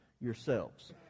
yourselves